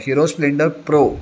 hero splendor pro